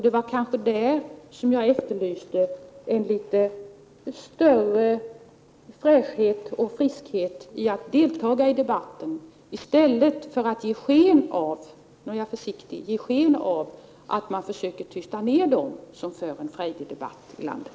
Det var därför jag efterlyste större fräschhet och friskhet i fråga om att delta i debatten, i stället för att — nu är jag försiktig — ge sken av att man försöker tysta ner dem, som för en frejdig debatt i landet.